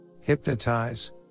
hypnotize